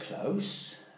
close